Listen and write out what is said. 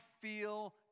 feel